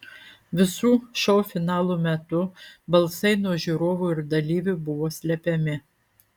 visų šou finalų metu balsai nuo žiūrovų ir dalyvių buvo slepiami